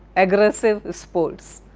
aggressive sports,